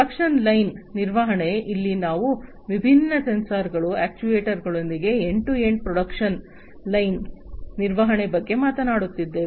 production line ನಿರ್ವಹಣೆ ಇಲ್ಲಿ ನಾವು ವಿಭಿನ್ನ ಸೆನ್ಸಾರ್ಗಳು ಅಕ್ಚುಯೆಟರ್ಸ್ಗಳೊಂದಿಗೆ end to end production line ನಿರ್ವಹಣೆಯ ಬಗ್ಗೆ ಮಾತನಾಡುತ್ತಿದ್ದೇವೆ